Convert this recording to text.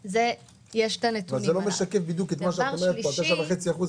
זה לא משקף בדיוק את מה שאת אומרת, את ה-9.5%.